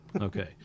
Okay